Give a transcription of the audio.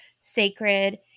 sacred